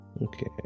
Okay